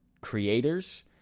creators